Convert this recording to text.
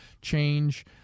change